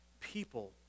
people